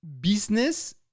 business